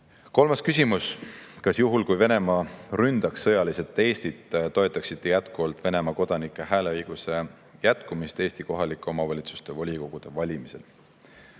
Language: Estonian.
kanda. Kolmas küsimus: "Kas juhul kui Venemaa ründaks sõjaliselt Eestit, toetaksite jätkuvalt Venemaa kodanike hääleõiguse jätkumist Eesti kohalike omavalitsuste volikogude valimistel?"